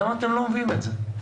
למה אתם לא מביאים את זה?: